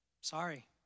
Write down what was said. Sorry